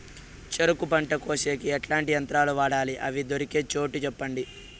చెరుకు పంట కోసేకి ఎట్లాంటి యంత్రాలు వాడాలి? అవి దొరికే చోటు చెప్పండి?